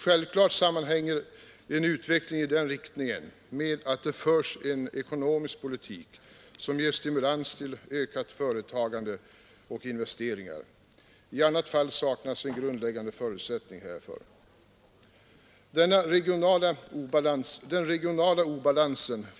Självklart sammanhänger en utveckling i den riktningen med att det förs en ekonomisk politik som ger stimulans till ökat företagande och investeringar. I annat fall saknas en grundläggande förutsättning härför.